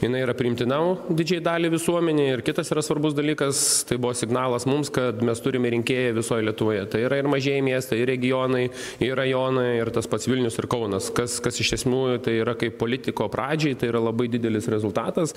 jinai yra priimtina didžiai daliai visuomenei ir kitas yra svarbus dalykas tai buvo signalas mums kad mes turime rinkėjų visoj lietuvoje tai yra ir mažieji miestai ir regionai ir rajonai ir tas pats vilnius ir kaunas kas kas iš esmių tai yra kaip politiko pradžiai tai yra labai didelis rezultatas